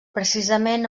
precisament